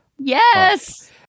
Yes